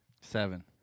Seven